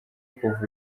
kuva